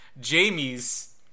Jamie's